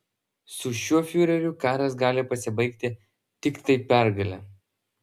su šiuo fiureriu karas gali pasibaigti tiktai pergale